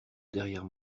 derrière